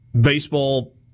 baseball